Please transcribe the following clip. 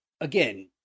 again